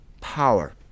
power